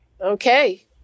Okay